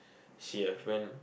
she have went